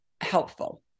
helpful